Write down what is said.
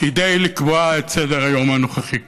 כדי לקבוע את סדר-היום הנוכחי כאן,